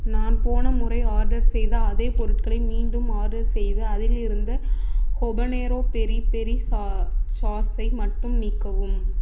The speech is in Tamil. நான் போன முறை ஆர்டர் செய்த அதே பொருட்களை மீண்டும் ஆர்டர் செய்து அதிலிருந்த ஹொபனேரோ பெரி பெரி சா சாஸை மட்டும் நீக்கவும்